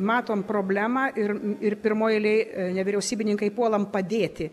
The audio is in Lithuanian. matom problemą ir ir pirmoj eilėj nevyriausybininkai puolam padėti